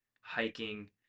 hiking